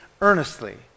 earnestly